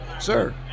Sir